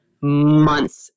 months